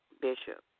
bishop